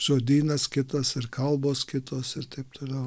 žodynas kitas ir kalbos kitos ir taip toliau